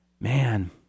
man